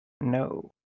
No